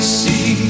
see